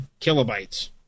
kilobytes